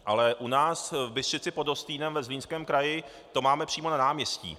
Ale u nás v Bystřici pod Hostýnem ve Zlínském kraji to máme přímo na náměstí.